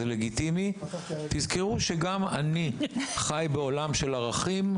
זה לגיטימי תזכרו שגם אני חי בעולם של ערכים,